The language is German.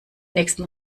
nächsten